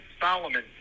Solomon